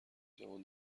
جوان